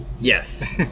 Yes